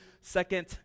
Second